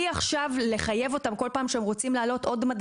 לחייב אותם להגיע עוד פעם ולעבור את כל הבירוקרטיה כל פעם שהם